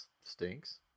stinks